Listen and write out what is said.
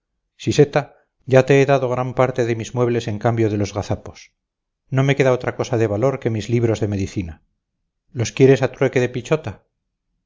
ese animal siseta ya te he dado gran parte de mis muebles en cambio de los gazapos no me queda otra cosa de valor que mis libros de medicina los quieres a trueque de pichota